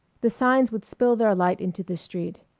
the signs would spill their light into the street.